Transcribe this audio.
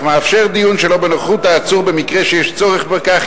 אך מאפשר דיון שלא בנוכחות העצור במקרה שיש צורך בכך,